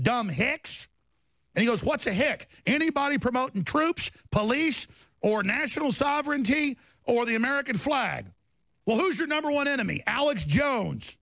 dumb hicks and you know what the heck anybody promoting troops police or national sovereignty or the american flag well who's your number one enemy alex jones